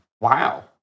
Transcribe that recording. Wow